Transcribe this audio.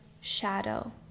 shadow